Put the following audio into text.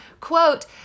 Quote